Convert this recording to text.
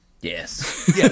Yes